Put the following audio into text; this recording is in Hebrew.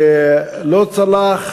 שלא צלח,